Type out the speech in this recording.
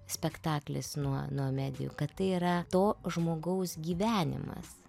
spektaklis nuo nuo medijų kad tai yra to žmogaus gyvenimas